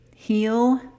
Heal